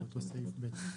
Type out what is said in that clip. אותו סעיף ב'.